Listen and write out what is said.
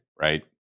Right